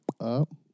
up